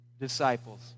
disciples